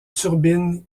turbine